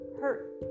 hurt